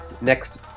Next